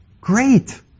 great